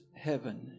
heaven